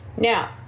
Now